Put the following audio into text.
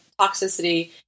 toxicity